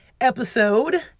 episode